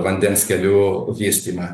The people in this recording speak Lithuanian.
vandens kelių vystymą